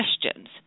questions